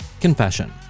Confession